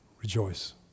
rejoice